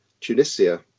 Tunisia